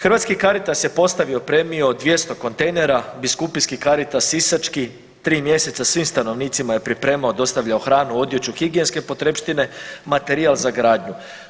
Hrvatski Caritas je postavio i opremio od 200 kontejnera, biskupijski Caritas sisački tri mjeseca svim stanovnicima je pripremao i dostavljao hranu, odjeću, higijenske potrepštine, materijal za gradnju.